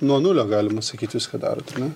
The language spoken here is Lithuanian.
nuo nulio galima sakyt viską darot ar ne